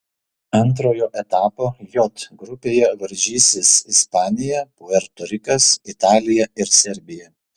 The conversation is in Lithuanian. antrojo etapo j grupėje varžysis ispanija puerto rikas italija ir serbija